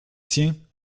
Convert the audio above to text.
tiens